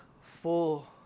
full